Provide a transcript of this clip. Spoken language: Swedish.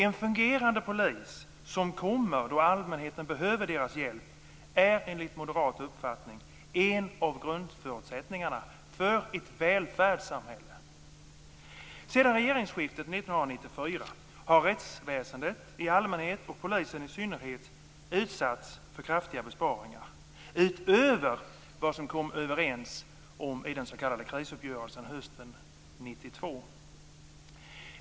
En fungerande polis som kommer när allmänheten behöver deras hjälp är enligt moderat uppfattning en av grundförutsättningarna för ett välfärdssamhälle. Sedan regeringsskiftet 1994 har rättsväsendet i allmänhet och polisen i synnerhet utsatts för kraftiga besparingar utöver vad man kom överens om i den s.k. krisuppgörelsen hösten 1992.